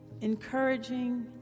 encouraging